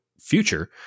Future